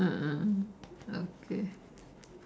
mm mm okay